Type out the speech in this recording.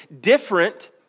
Different